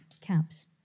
caps